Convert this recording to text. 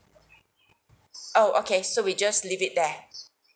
oh okay so we just leave it there